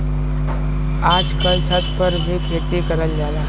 आजकल छत पर भी खेती करल जाला